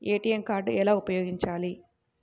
ATM card ఎలా ఉపయోగించాలి?